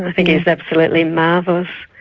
think he's absolutely marvellous. i